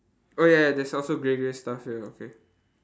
oh ya there's also grey grey stuff here okay